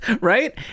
right